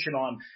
on